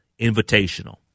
Invitational